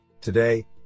Today